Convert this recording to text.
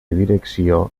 direcció